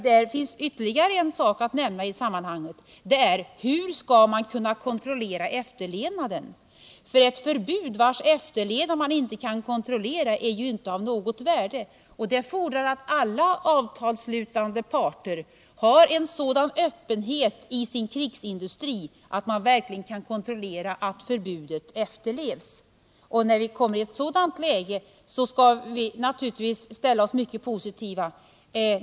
Det finns ytterligare en sak att nämna i sammanhanget: Hur skall man kunna kontrollera efterlevnaden? Ett förbud vars efterlevnad man inte kan kontrollera är inte av något värde. Ett verkligt förbud fordrar att alla avtalsslutande parter har en sådan öppenhet i sin krigsindustri att man verkligen kan kontrollera att förbudet efterlevs. När vi kan få alla dessa försäkringar skall vi naturligtvis ställa oss mycket positiva.